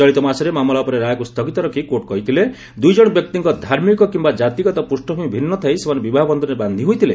ଚଳିତମାସରେ ମାମଲା ଉପରେ ରାୟକୁ ସ୍ଥଗିତ ରଖି କୋର୍ଟ କହିଥିଲେ ଦୁଇଜଣ ବ୍ୟକ୍ତିଙ୍କ ଧାର୍ମିକ କିମ୍ବା କାତିଗତ ପୂଷ୍ପଭୂମି ଭିନ୍ନ ଥାଇ ସେମାନେ ବିବାହ ବନ୍ଧନରେ ବାନ୍ଧି ହୋଇଥିଲେ